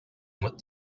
with